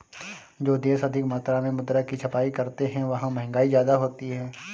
जो देश अधिक मात्रा में मुद्रा की छपाई करते हैं वहां महंगाई ज्यादा होती है